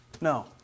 no